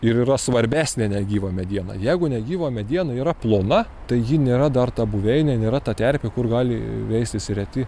ir yra svarbesnė negyva mediena jeigu negyva mediena yra plona tai ji nėra dar ta buveinė nėra ta terpė kur gali veistis reti